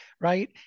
right